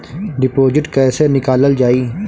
Deposit कैसे निकालल जाइ?